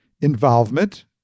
Involvement